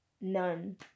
none